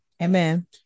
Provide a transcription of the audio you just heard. Amen